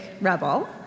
rebel